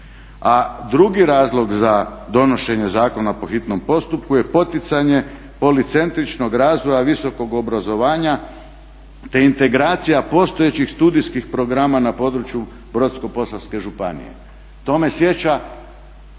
drugi razlog za donošenje zakona po hitnom postupku je poticanje policentričnog razvoja visokog obrazovanja te integracija postojećih studijskih programa na području Brodsko-posavske županije. To me sjeća